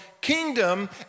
kingdom